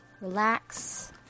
relax